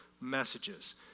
messages